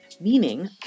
Meaning